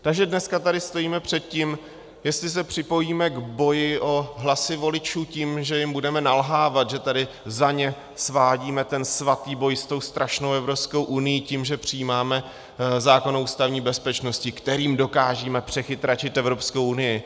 Takže dneska tady stojíme před tím, jestli se připojíme k boji o hlasy voličů tím, že jim budeme nalhávat, že tady za ně svádíme ten svatý boj s tou strašnou Evropskou unií tím, že přijímáme zákon o ústavní bezpečnosti, kterým dokážeme přechytračit Evropskou unii.